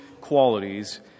qualities